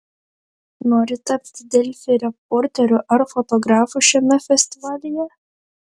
nori tapti delfi reporteriu ar fotografu šiame festivalyje